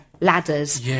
ladders